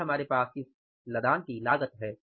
फिर हमारे पास इस लदान की लागत है